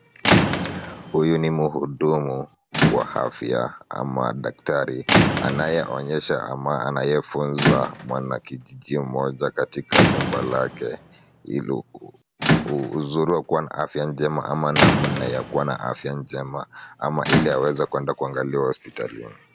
Huyu ni mhudumu wa afya ama daktari anayeonyesha ama anayefunza mwanakijiji mmoja katika jumba lake uzuri wa kuwa na afya njema ama namna ya kuwa na afya njema ama ili aweze kwenda kuangaliwa hospitalini.